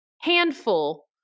handful